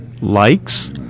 likes